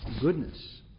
goodness